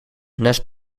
nest